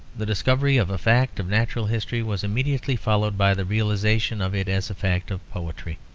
the discovery of a fact of natural history was immediately followed by the realization of it as a fact of poetry.